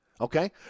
Okay